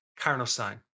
carnosine